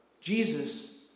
Jesus